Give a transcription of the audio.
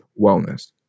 wellness